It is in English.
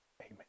Amen